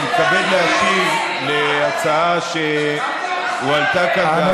אני מתכבד להשיב להצעה שהועלתה כאן,